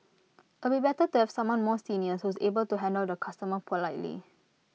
it'll be better to have someone more senior who's able to handle the customer politely